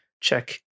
check